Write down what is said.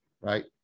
right